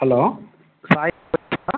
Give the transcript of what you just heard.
hello Sai